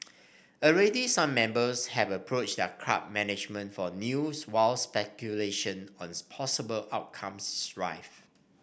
already some members have approached their club management for news while speculation on possible outcomes is rife